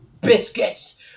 biscuits